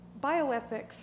bioethics